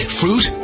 fruit